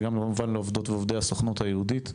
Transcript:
וכמובן גם לעובדי ועובדות הסוכנות היהודית.